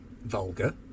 vulgar